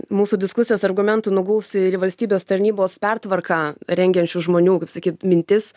mūsų diskusijos argumentų nuguls į valstybės tarnybos pertvarką rengiančių žmonių kaip sakyt mintis